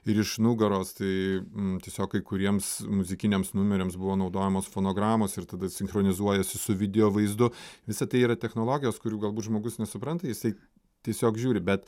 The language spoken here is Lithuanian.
ir iš nugaros tai tiesiog kai kuriems muzikiniams numeriams buvo naudojamos fonogramos ir tada sinchronizuojasi su video vaizdu visa tai yra technologijos kurių galbūt žmogus nesupranta jisai tiesiog žiūri bet